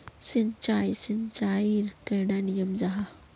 सिंचाई सिंचाईर कैडा नियम जाहा?